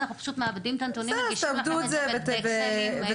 אנחנו מעבדים את הנתונים ומגישים לכם את זה באקסלים מרוכזים.